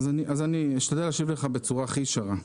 אשתדל להשיב לך בצורה הכי ישרה.